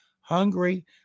hungry